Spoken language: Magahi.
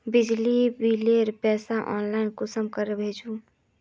बिजली बिलेर पैसा ऑनलाइन कुंसम करे भेजुम?